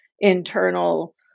internal